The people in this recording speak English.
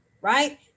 Right